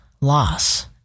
loss